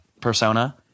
persona